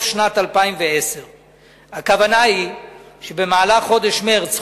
שנת 2010. הכוונה היא שבמהלך חודש מרס,